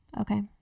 Okay